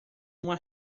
uma